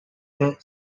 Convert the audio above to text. bit